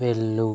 వెళ్ళు